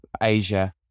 Asia